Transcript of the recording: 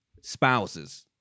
spouses